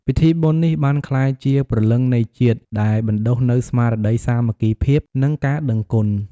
ពិធីបុណ្យនេះបានក្លាយជាព្រលឹងនៃជាតិ ដែលបណ្ដុះនូវស្មារតីសាមគ្គីភាព និងការដឹងគុណ។